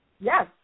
Yes